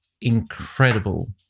incredible